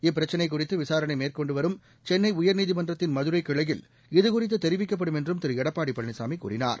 இப்பிரச்சினை குறித்து விசாரணை மேற்கொண்டு வரும் கென்னை உயர்நீதிமன்றத்தின் மதுரை கிளையில் இது குறித்து தெரிவிக்கப்படும் என்றும் திரு எடப்பாடி பழனிசாமி கூறினார்